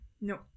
No